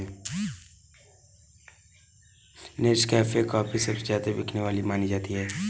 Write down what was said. Nescafe coffee सबसे ज्यादा बिकने वाली मानी जाती है